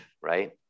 right